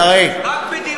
תראה, רק ב"דירה להשכיר"?